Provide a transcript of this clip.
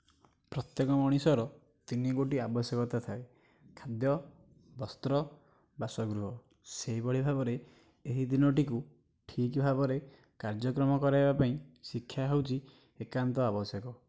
ପ୍ରତ୍ୟେକ ମଣିଷର ତିନି ଗୋଟି ଆବଶ୍ୟକତା ଥାଏ ଖାଦ୍ୟ ବସ୍ତ୍ର ବାସଗୃହ ସେହିଭଳି ଭାବରେ ଏହି ତିନୋଟିକୁ ଠିକ୍ ଭାବରେ କାର୍ଯ୍ୟକ୍ରମ କରାଇବା ପାଇଁ ଶିକ୍ଷା ହେଉଛି ଏକାନ୍ତ ଆବଶ୍ୟକ